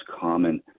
common